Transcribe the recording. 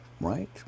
right